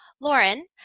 lauren